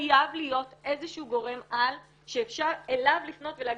חייב להיות איזשהו גורם על שאפשר אליו לפנות ולהגיד,